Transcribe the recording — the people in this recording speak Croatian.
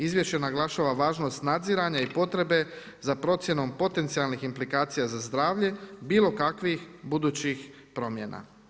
Izvješće naglašava važnost nadziranja i potrebe za procjenom potencijalnih implikacija za zdravlje bilo kakvih budućih promjena.